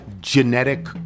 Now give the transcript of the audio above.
genetic